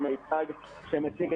לשים את